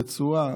בצורה,